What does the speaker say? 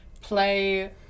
play